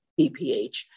BPH